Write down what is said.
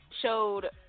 showed